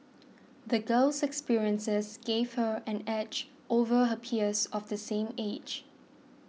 the girl's experiences gave her an edge over her peers of the same age